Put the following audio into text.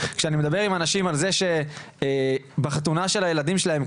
כשאני מדבר עם אנשים על זה שבחתונה של הילדים שלהם,